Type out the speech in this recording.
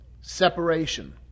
separation